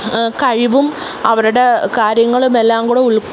കഴിവും അവരുടെ കാര്യങ്ങൾ എല്ലാംകൂടെ ഉൾ